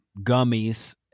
gummies